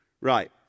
Right